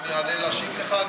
שאני אעלה להשיב לך?